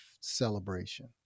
celebration